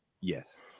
Yes